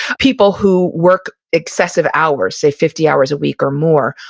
people who work excessive hours, say, fifty hours a week or more,